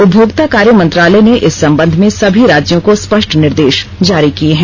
उपभोक्ता कार्य मंत्रालय ने इस संबंध में सभी राज्यों को स्पष्ट निर्देश जारी किए हैं